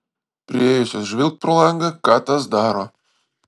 priėjusios žvilgt pro langą ką tas daro